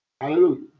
hallelujah